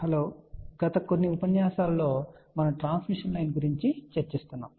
hello గత కొన్ని ఉపన్యాసాలలో మనము ట్రాన్స్మిషన్ లైన్ గురించి చర్చిస్తున్నాము